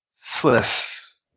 Sliss